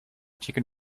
chicken